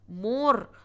more